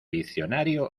diccionario